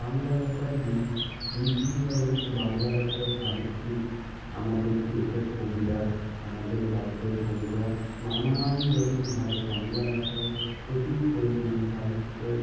বাংলা ভাষার বিভি বিভিন্নরকম বাংলা ভাষায় সাহিত্যিক আমাদের দেশের কবিরা আমাদের রাজ্যের কবিরা নানানরকম ভাবে বাংলা ভাষায় প্রচুর পরিমাণে সাহিত্য